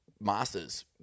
masters